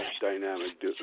dynamic